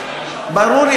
ברור,